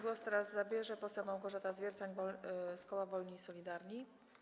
Głos teraz zabierze poseł Małgorzata Zwiercan z koła Wolni i Solidarni.